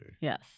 Yes